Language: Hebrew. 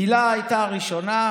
הילה הייתה ראשונה,